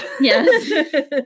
Yes